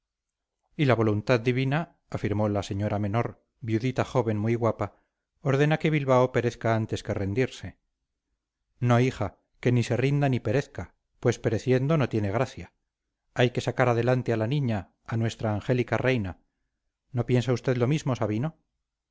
y la voluntad divina afirmó la señora menor viudita joven muy guapa ordena que bilbao perezca antes que rendirse no hija que ni se rinda ni perezca pues pereciendo no tiene gracia hay que sacar adelante a la niña a nuestra angélica reina no piensa usted lo mismo sabino